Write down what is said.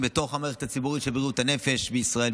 בתוך המערכת הציבורית של בריאות הנפש בישראל,